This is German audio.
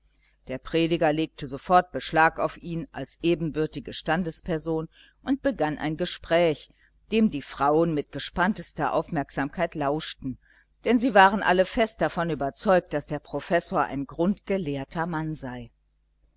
der prediger legte sofort beschlag auf ihn als ebenbürtige standesperson und begann ein gespräch dem die frauen mit gespanntester aufmerksamkeit lauschten denn sie waren alle fest davon überzeugt daß der professor ein grundgelehrter mann sei